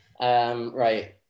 Right